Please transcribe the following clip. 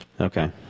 Okay